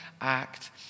act